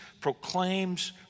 proclaims